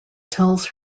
tells